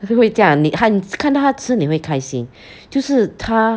就是会这样你他你看他吃你会开心就是他